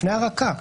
הפניה רכה.